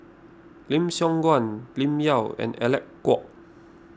Lim Siong Guan Lim Yau and Alec Kuok